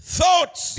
thoughts